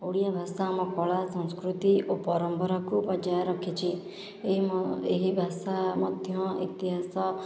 ଓଡ଼ିଆ ଭାଷା ଆମ କଳା ସଂସ୍କୃତି ଓ ପରମ୍ପରାକୁ ବଜାୟ ରଖିଛି ଏହି ଏହି ଭାଷା ମଧ୍ୟ ଇତିହାସ